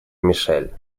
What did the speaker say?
мишель